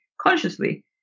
consciously